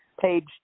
Page